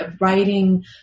writing